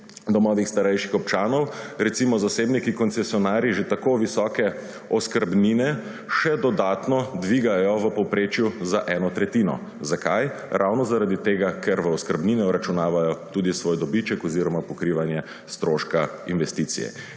domovih starejših občanov. Recimo zasebniki koncesionarji že tako visoke oskrbnine še dodatno dvigajo v povprečju za eno tretjino. Zakaj? Ravno zaradi tega ker v oskrbnine vračunavajo tudi svoj dobiček oziroma pokrivanje stroška investicije.